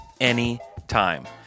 anytime